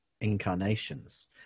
incarnations